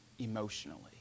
emotionally